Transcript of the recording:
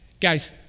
Guys